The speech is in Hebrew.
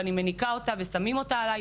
אני מניקה אותה ושמים אותה עלי,